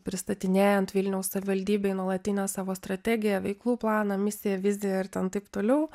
pristatinėjant vilniaus savivaldybei nuolatinę savo strategiją veiklų planą misiją viziją ir ten taip toliau